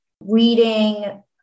reading